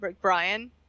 Brian